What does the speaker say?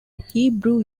hebrew